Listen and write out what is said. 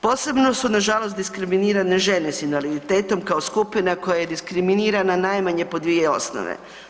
Posebno su nažalost diskriminirane žene s invaliditetom kao skupina koja je diskriminirana na najmanje po 2 osnove.